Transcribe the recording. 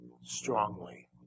strongly